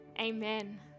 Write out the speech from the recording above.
Amen